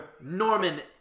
Norman